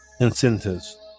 incentives